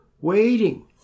waiting